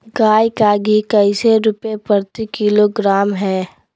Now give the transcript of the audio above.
गाय का घी कैसे रुपए प्रति किलोग्राम है?